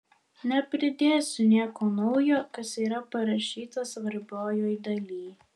nepridėsiu nieko naujo kas yra parašyta svarbiojoj daly